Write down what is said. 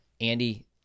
Andy